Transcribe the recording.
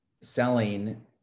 selling